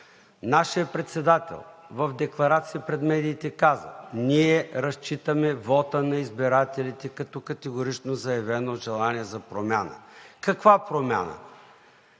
нашият председател в декларация пред медиите каза: „Ние разчитаме вота на избирателите като категорично заявено желание за промяна.“ Каква промяна?